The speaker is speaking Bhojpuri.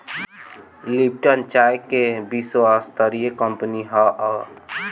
लिप्टन चाय के विश्वस्तरीय कंपनी हअ